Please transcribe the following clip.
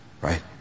right